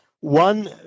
One